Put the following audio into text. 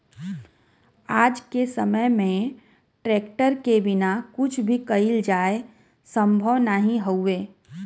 आज के समय में ट्रेक्टर के बिना कुछ भी कईल जाये संभव नाही हउवे